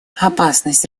опасность